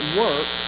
work